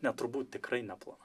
ne turbūt tikrai neplanavo